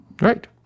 Right